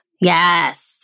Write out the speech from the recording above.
yes